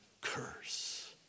curse